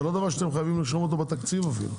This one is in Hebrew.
זה לא דבר שאתם חייבים לרשום אותו בתקציב אפילו,